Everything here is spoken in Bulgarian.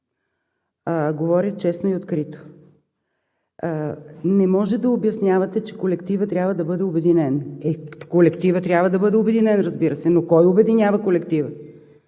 Говоря честно и открито. Не може да обяснявате, че колективът трябва да бъде обединен. Е, колективът трябва да бъде обединен, разбира се, но кой обединява колектива?